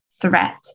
threat